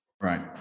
Right